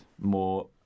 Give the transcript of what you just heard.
more